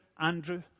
Andrew